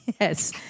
Yes